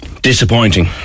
Disappointing